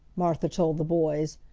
martha told the boys,